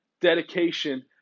dedication